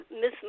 Miss